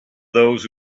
those